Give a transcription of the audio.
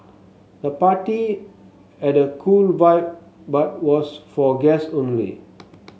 the party had a cool vibe but was for guests only